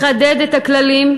לחדד את הכללים,